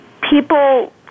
people